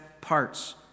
parts